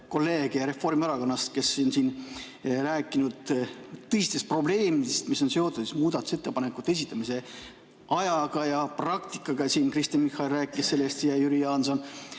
kolleege Reformierakonnast, kes on siin rääkinud tõsistest probleemidest, mis on seotud muudatusettepanekute esitamise aja ja praktikaga. Kristen Michal rääkis sellest ja ka Jüri Jaanson.